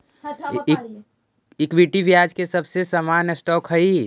equity ब्याज के सबसे सामान्य स्टॉक हई